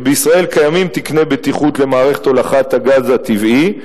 שבישראל קיימים תקני בטיחות למערכת הולכת הגז הטבעי.